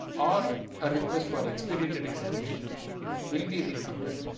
or a request for expedited examination will be refunded